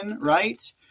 right